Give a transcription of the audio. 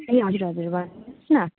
ए हजुर हजुर भन्नुहोस् न